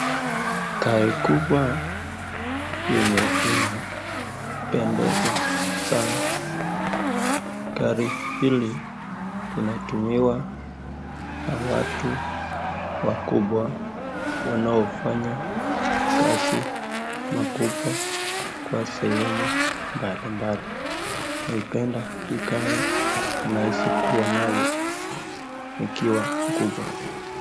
Gari kubwa yenye inapendeza sana. Gari hili linatumiwa na watu wakubwa wanaofanya kazi makubwa kwa sehemu mbalimbali. Naipenda hii gari na naisi kuwa nayo nikiwa mkubwa.